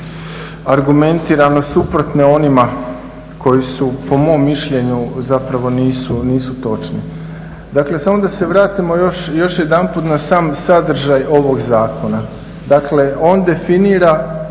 argumentirano suprotne onima koji po mom mišljenju zapravo nisu točni. Dakle, samo da se vratimo još jedanput na sam sadržaj ovog zakona. Dakle, on definira